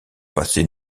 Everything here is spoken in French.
passés